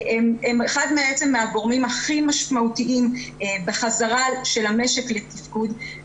הם אחד הגורמים הכי משמעותיים בחזרה של המשק לתפקוד.